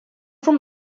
from